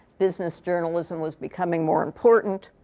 business journalism was becoming more important.